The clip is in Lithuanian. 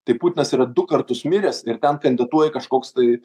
tai putinas yra du kartus miręs ir ten kandidatuoja kažkoks tai